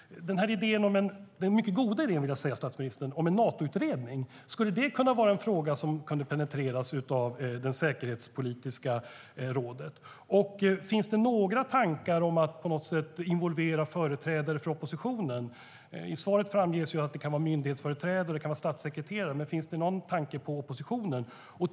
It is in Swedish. Den mycket goda idén om en Natoutredning, vill jag säga, skulle det kunna vara en fråga som kunde penetreras av det säkerhetspolitiska rådet? Finns det några tankar om att på något sätt involvera företrädare för oppositionen? I svaret framgår att det kan vara myndighetsföreträdare och statssekreterare, men finns det någon tanke på oppositionen?